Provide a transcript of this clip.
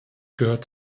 gehört